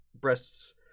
breasts